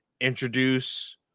introduce